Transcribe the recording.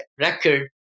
record